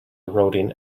eroding